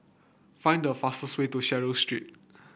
find the fastest way to Swallow Street